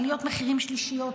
עליות מחירים שלישיות,